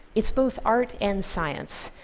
it's both art and science.